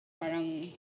parang